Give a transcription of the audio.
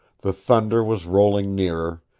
the thunder was rolling nearer,